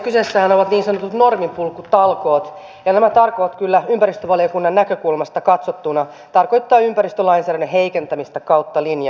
kyseessähän ovat niin sanotut norminpurkutalkoot ja nämä talkoot kyllä ympäristövaliokunnan näkökulmasta katsottuna tarkoittavat ympäristölainsäädännön heikentämistä kautta linjan